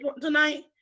tonight